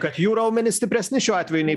kad jų raumenys stipresni šiuo atveju nei